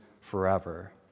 forever